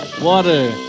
Water